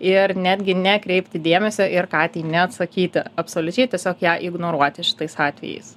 ir netgi nekreipti dėmesio ir katei neatsakyti absoliučiai tiesiog ją ignoruoti šitais atvejais